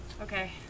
Okay